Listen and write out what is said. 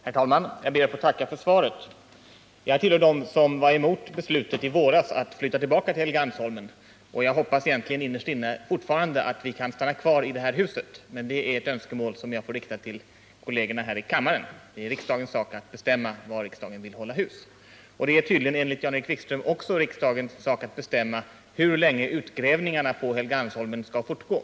Herr talman! Jag ber att få tacka för svaret. Jag tillhör dem som var emot beslutet i våras att flytta tillbaka till Helgeandsholmen, och jag hoppas egentligen innerst inne fortfarande att vi kan stanna kvar i det här huset. Men det är ett önskemål som jag får rikta till kollegerna här i kammaren. Det är riksdagens sak att bestämma var den vill hålla hus. Tydligen är det, enligt Jan-Erik Wikström, också riksdagens sak att bestämma hur länge utgrävningarna på Helgeandsholmen skall fortgå.